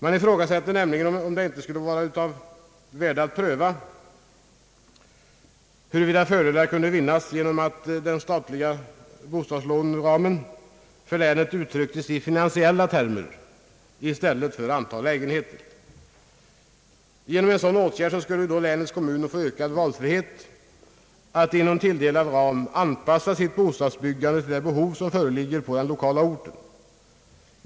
Man ifrågasätter nämligen om det inte skulle vara av värde att pröva huruvida fördelar kunde vinnas genom att den statliga bostadslåneramen för länet uttrycktes i finansiella termer i stället för i antal lägenheter. Genom en sådan åtgärd skulle länets kommuner få ökad valfrihet att inom tilldelad ram anpassa sitt bostadsbyggande till det behov som föreligger på den lokala orten.